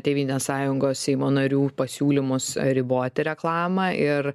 tėvynės sąjungos seimo narių pasiūlymus riboti reklamą ir